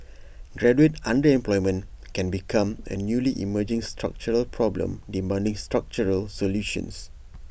graduate underemployment can become A newly emerging structural problem demanding structural solutions